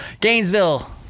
Gainesville